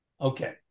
Okay